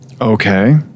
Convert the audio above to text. Okay